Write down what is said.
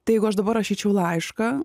tai jeigu aš dabar rašyčiau laišką